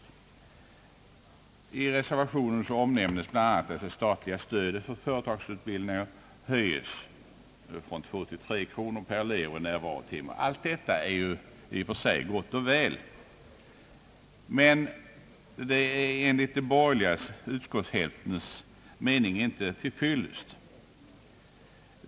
I reservationen omnämnes bl.a. att det statliga stödet för företagsutbildning höjes från 2 till 3 kronor per elev och närvarotimme. Allt detta är ju i och för sig gott och väl, men det är enligt den borgerliga utskottshälftens mening inte till fyllest.